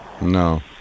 No